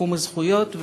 בתחום הזכויות.